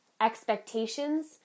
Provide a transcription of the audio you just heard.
expectations